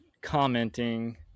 commenting